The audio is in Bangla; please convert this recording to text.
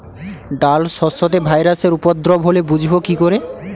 ডাল শস্যতে ভাইরাসের উপদ্রব হলে বুঝবো কি করে?